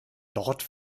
dort